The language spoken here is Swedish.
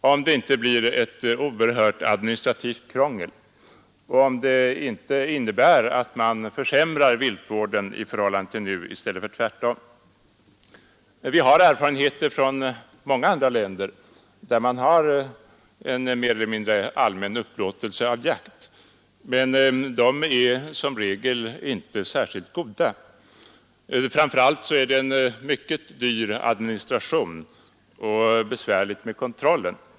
Blir det inte ett oerhört administrativt krångel och innebär det inte att man försämrar viltvården i förhållande till nu i stället för tvärtom? Vi har erfarenheter från många andra länder, där man har en mer eller mindre allmän upplåtelse av jakt, men de är som regel inte särskilt goda. Framför allt är det en mycket dyr administration och besvärligt med kontrollen.